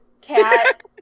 Cat